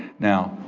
now,